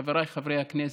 חבריי חברי הכנסת,